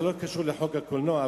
זה לא קשור לחוק הקולנוע,